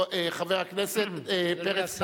חבר הכנסת פרץ,